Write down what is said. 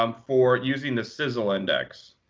um for using the sizzle index.